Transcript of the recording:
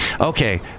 Okay